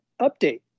update